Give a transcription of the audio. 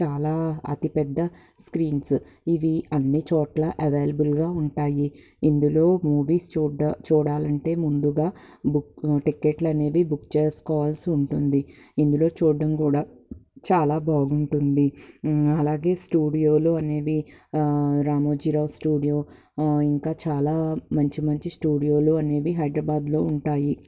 చాలా అతిపెద్ద స్క్రీన్స్ ఇవి అన్ని చోట్ల అవైలబుల్గా ఉంటాయి ఇందులో మూవీస్ చూడా చూడాలంటే ముందుగా బుక్ టికెట్లు అనేవి బుక్ చేసుకోవాల్సి ఉంటుంది ఇందులో చూడడం కూడా చాలా బాగుంటుంది అలాగే స్టూడియోలు అనేవి రామోజీరావు స్టూడియో ఇంకా చాలా మంచి మంచి స్టూడియోలు అనేవి హైదరాబాద్లో ఉంటాయి